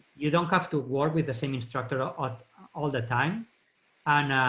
you don't have to work with the same instructor ah but all the time and,